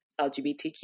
LGBTQ